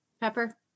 pepper